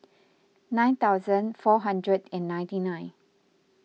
nine thousand four hundred and ninety nine